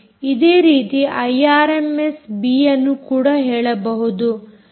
ಇದೇ ರೀತಿ ಐಆರ್ಎಮ್ಎಸ್ಬಿಯನ್ನು ಕೂಡ ಹೇಳಬಹುದು